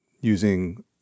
using